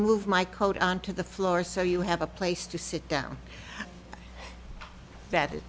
move my coat on to the floor so you have a place to sit down